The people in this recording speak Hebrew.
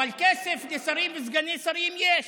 אבל כסף לשרים ולסגני שרים יש.